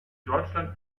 deutschland